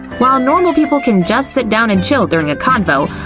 while normal people can just sit down and chill during a convo,